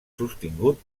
sostingut